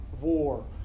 war